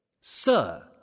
Sir